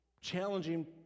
challenging